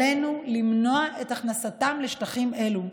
עלינו למנוע את הכנסתם לשטחים הללו.